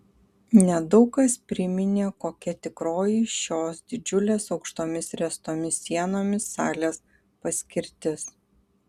nedaug kas priminė kokia tikroji šios didžiulės aukštomis ręstomis sienomis salės paskirtis